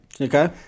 Okay